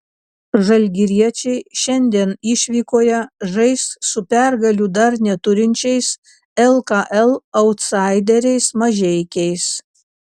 žalgiriečiai šiandien išvykoje žais su pergalių dar neturinčiais lkl autsaideriais mažeikiais